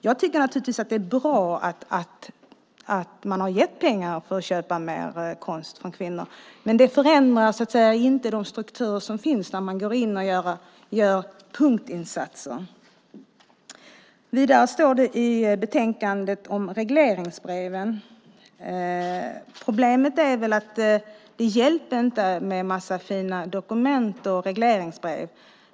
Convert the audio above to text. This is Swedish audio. Jag tycker naturligtvis att det är bra att man har gett pengar för att köpa mer konst från kvinnor, men att man går in och gör punktinsatser förändrar inte de strukturer som finns. Vidare står det i betänkandet om regleringsbreven. Problemet är väl att det inte hjälper med en massa fina dokument och regleringsbrev.